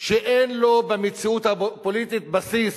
שאין לו במציאות הפוליטית בסיס,